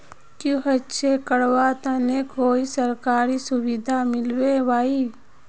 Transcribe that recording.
की होचे करार तने कोई सरकारी सुविधा मिलबे बाई?